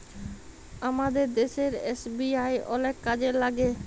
আমাদের দ্যাশের এস.বি.আই অলেক কাজে ল্যাইগে